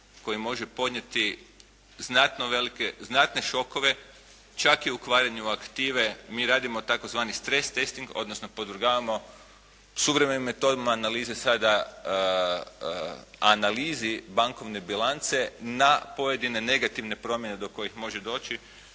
koji može podnijeti znatno velike, znatne šokove čak i u kvarenju aktive. Mi radimo tzv. stres testing, odnosno podvrgavamo suvremenim metodama analize rada, analizi bankovne bilance na pojedine negativne promjene do kojih može doći